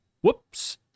Whoops